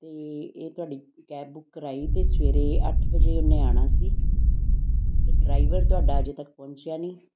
ਅਤੇ ਇਹ ਤੁਹਾਡੀ ਕੈਬ ਬੁੱਕ ਕਰਵਾਈ ਅਤੇ ਸਵੇਰੇ ਅੱਠ ਵਜੇ ਉਹਨੇ ਆਉਣਾ ਸੀ ਅਤੇ ਡਰਾਈਵਰ ਤੁਹਾਡਾ ਅਜੇ ਤੱਕ ਪਹੁੰਚਿਆ ਨਹੀਂ